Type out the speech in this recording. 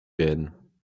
werden